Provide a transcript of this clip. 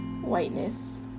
whiteness